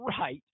right